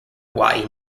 hawaii